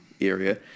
area